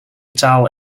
taal